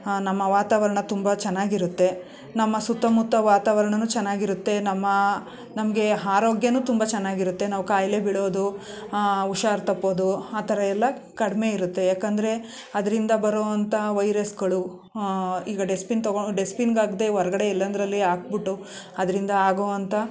ನಮ್ಮ ವಾತಾವರಣ ತುಂಬ ಚೆನ್ನಾಗಿರುತ್ತೆ ನಮ್ಮ ಸುತ್ತಮುತ್ತ ವಾತಾವರಣವೂ ಚೆನ್ನಾಗಿರುತ್ತೆ ನಮ್ಮ ನಮಗೆ ಆರೋಗ್ಯನು ತುಂಬಚ ಚೆನ್ನಾಗಿರುತ್ತೆ ನಾವು ಕಾಯಿಲೆ ಬೀಳೋದು ಹುಷಾರು ತಪ್ಪೋದು ಆ ಥರ ಎಲ್ಲ ಕಡಿಮೆ ಇರುತ್ತೆ ಏಕೆಂದ್ರೆ ಅದರಿಂದ ಬರೋಂಥ ವೈರಸ್ಗಳು ಈಗ ಡಸ್ಟ್ಬಿನ್ ತಗೊ ಡಸ್ಟ್ಬಿನ್ಗೆ ಹಾಕಿದೆ ಹೊರಗಡೆ ಎಲ್ಲೆಂದರಲ್ಲಿ ಹಾಕ್ಬಿಟ್ಟು ಅದರಿಂದ ಆಗೋಂಥ